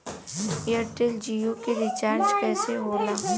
Airtel Jio के recharge कैसे होला?